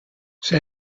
zij